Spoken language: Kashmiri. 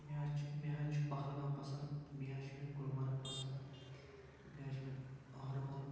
مےٚ حظ چھِ مےٚ حظ چھِ پہلگام پَسنٛد بیٚیہِ حظ چھُ مےٚ گُلمرگ پَسنٛد بیٚیہِ حظ چھُ مےٚ اَہَربَل